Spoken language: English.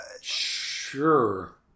sure